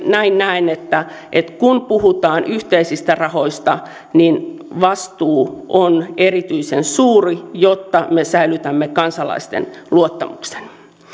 näin näen että että kun puhutaan yhteisistä rahoista niin vastuu on erityisen suuri jotta me säilytämme kansalaisten luottamuksen